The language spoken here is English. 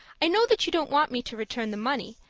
i know that you don't want me to return the money,